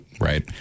Right